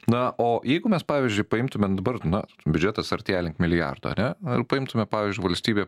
na o jeigu mes pavyzdžiui paimtume dabar na biudžetas artėja link milijardo ane jeigu paimtume pavyzdžiui valstybė